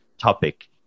topic